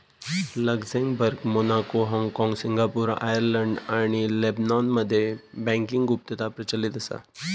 Luxembourg, Monaco, हाँगकाँग, Singapore, Ireland आणि लेबनॉनमध्ये बँकिंग गुप्तता प्रचलित असा